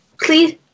please